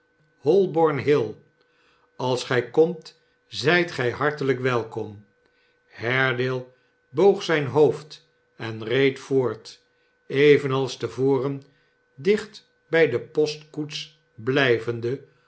holborn-hill als gij komt zijt gij hartelijk welkom haredale boog zijn hoofd en reed voort evenals te voren dicht bij de postkoets blijvende